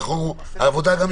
אני